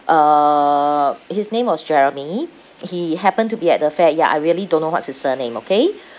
uh his name was jeremy he happened to be at the fair ya I really don't know what's his surname okay